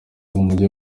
bw’umujyi